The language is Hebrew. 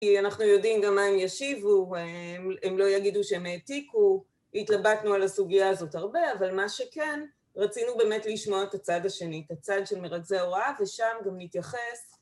כי אנחנו יודעים גם מה הם ישיבו, הם לא יגידו שהם העתיקו, התלבטנו על הסוגיה הזאת הרבה, אבל מה שכן, רצינו באמת לשמוע את הצד השני, את הצד של מרכזי ההוראה, ושם גם נתייחס